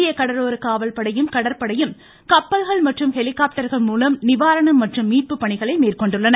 இந்திய கடலோர காவல்படையும் கடற்படையும் கப்பல்கள் மற்றும் ஹெலிகாப்டர்கள் மூலம் நிவாரணம் மற்றும் மீட்பு பணிகளை மேற்கொண்டுள்ளன